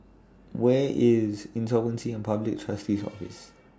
Where IS Insolvency and Public Trustee's Office